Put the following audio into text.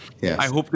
yes